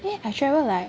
eh I travel like